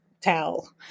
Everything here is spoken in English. tell